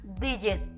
digit